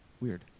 weird